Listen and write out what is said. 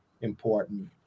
important –